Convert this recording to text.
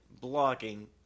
blocking